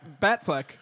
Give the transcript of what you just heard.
Batfleck